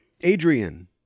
adrian